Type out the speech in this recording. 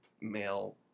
male